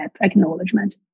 acknowledgement